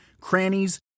crannies